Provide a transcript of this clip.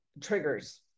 triggers